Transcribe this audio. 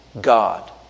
God